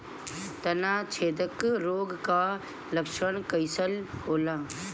तना छेदक रोग का लक्षण कइसन होला?